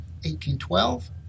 1812